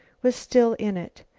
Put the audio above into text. was still in it.